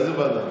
איזו ועדה?